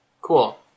cool